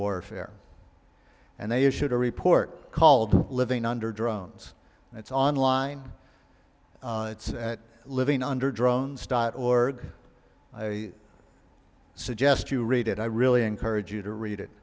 warfare and they issued a report called living under drones it's online it's at living under drones dot org i suggest you read it i really encourage you to read it